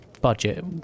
budget